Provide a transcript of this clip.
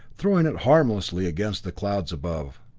throwing it harmlessly against the clouds above.